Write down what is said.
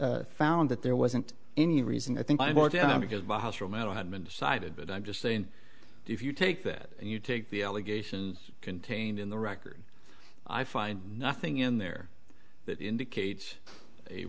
board found that there wasn't any reason i think because the house will matter had been decided but i'm just saying if you take that and you take the allegations contained in the record i find nothing in there that indicates a